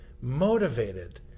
motivated